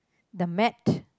the mat